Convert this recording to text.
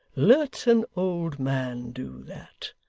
let an old man do that.